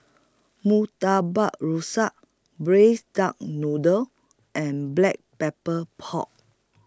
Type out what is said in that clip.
Murtabak Rusa Braised Duck Noodle and Black Pepper Pork